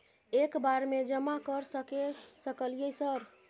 एक बार में जमा कर सके सकलियै सर?